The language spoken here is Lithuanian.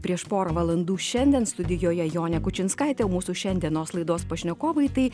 prieš porą valandų šiandien studijoje jonė kučinskaitė mūsų šiandienos laidos pašnekovai tai